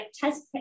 test